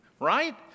right